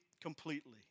completely